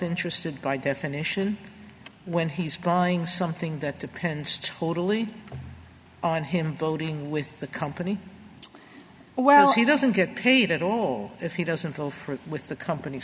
interested by definition when he's gone something that depends totally on him voting with the company well he doesn't get paid at all if he doesn't go for it with the company